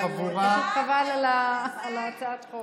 פשוט חבל על הצעת החוק.